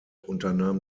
unternahm